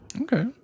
okay